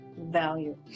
value